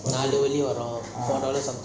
நாலு வரும்:naalu varum four dollars or something